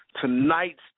Tonight's